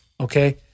okay